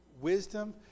wisdom